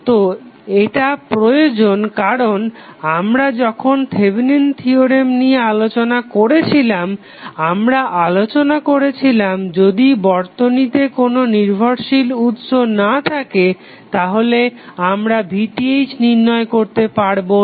তো এটা প্রয়োজন কারণ আমরা যখন থেভেনিন থিওরেম নিয়ে আলোচনা করেছিলাম ও আমরা আলোচনা করেছিলাম যদি বর্তনীতে কোনো নির্ভরশীল উৎস না থাকে তাহলে আমরা VTh নির্ণয় করতে পারব না